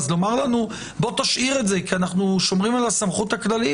אז לומר לנו: תשאיר את זה כי אנחנו שומרים על הסמכות הכללית,